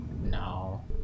No